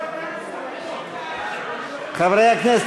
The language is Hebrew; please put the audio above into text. חברי הכנסת,